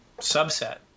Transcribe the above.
subset